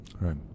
Right